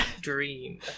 dream